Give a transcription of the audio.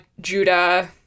Judah